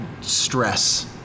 stress